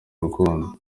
urukundo